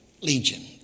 legion